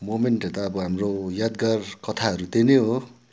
moment यता अब हाम्रो यादगार कथाहरू त्यही नै हो